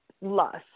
lust